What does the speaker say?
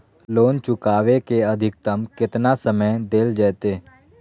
Loan चुकाबे के अधिकतम केतना समय डेल जयते?